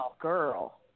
girl